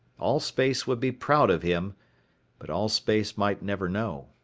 allspace would be proud of him but allspace might never know.